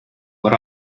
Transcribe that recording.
what